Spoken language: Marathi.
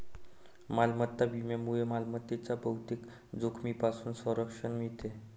मालमत्ता विम्यामुळे मालमत्तेच्या बहुतेक जोखमींपासून संरक्षण मिळते